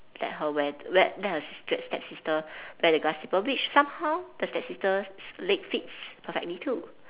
let her wear wear let her sister stepsister wear the glass slipper which somehow the stepsister's legs fit perfectly too